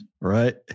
Right